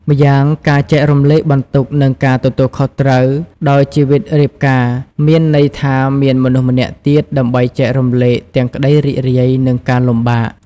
ម្យ៉ាង ការចែករំលែកបន្ទុក និងការទទួលខុសត្រូវ ដោយជីវិតរៀបការមានន័យថាមានមនុស្សម្នាក់ទៀតដើម្បីចែករំលែកទាំងក្តីរីករាយ និងការលំបាក។